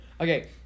Okay